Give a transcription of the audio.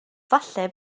falle